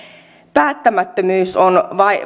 päättämättömyys on